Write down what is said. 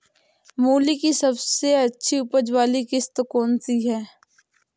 मूली की सबसे अच्छी उपज वाली किश्त कौन सी है?